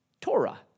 Torah